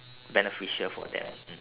beneficial for them mm